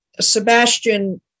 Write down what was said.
Sebastian